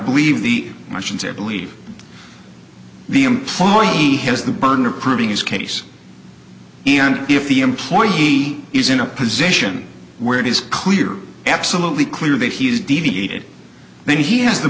believe the russians i believe the employee has the burden of proving his case and if the employer he is in a position where it is clear absolutely clear that he has deviated then he has the